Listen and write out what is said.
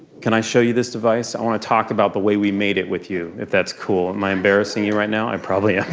can i show you this device? i want to talk about the way we made it with you if that's cool. am i embarrassing you right now? i probably ah